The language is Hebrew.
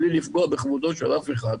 בלי לפגוע בכבודו של אף אחד,